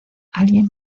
alguien